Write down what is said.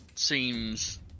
Seems